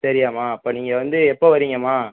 சரியாம்மா அப்போ நீங்கள் வந்து எப்போ வரிங்கம்மா